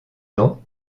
dents